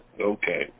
Okay